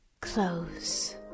close